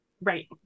Right